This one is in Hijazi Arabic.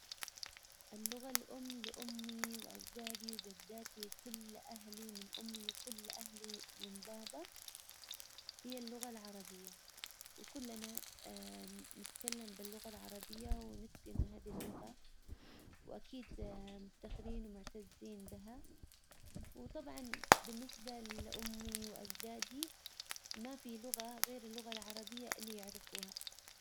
اللغة الام لامي واجدادي وجداتي وكل اهلي من امي وكل اهلي من بابا. هي اللغة العربية وكلنا نتكلم باللغة العربية ونتقن هذي اللغة. واكيد مفتخرين ومعتزين بها وطبعا بالنسبة لامي واجدادي ما في لغة غير اللغة العربية اللي يعرفوها.